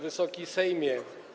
Wysoki Sejmie!